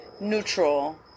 neutral